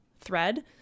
thread